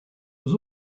was